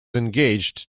engaged